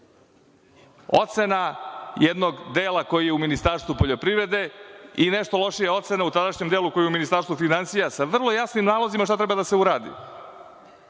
ocena jednog dela koji je u Ministarstvu poljoprivrede i nešto lošija ocena u tadašnjem delu koje je u Ministarstvu finansija sa vrlo jasnim nalozima šta treba da se uradi.